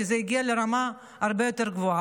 כי זה הגיע לרמה הרבה יותר גבוהה.